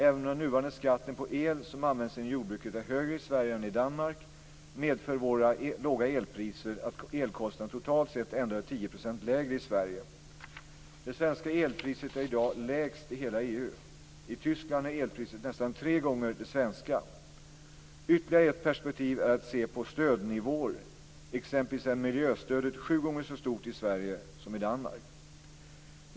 Även om den nuvarande skatten på el som används inom jordbruket är högre i Sverige än i Danmark, medför våra låga elpriser att elkostnaden totalt sett ändå är 10 % lägre i Sverige. Det svenska elpriset är i dag lägst i hela EU. I Tyskland är elpriset nästan tre gånger det svenska. Ytterligare ett perspektiv är att se på stödnivåer. Exempelvis är miljöstödet sju gånger så stort i Sverige som i Danmark.